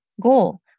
goal